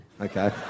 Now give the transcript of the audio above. Okay